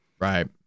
Right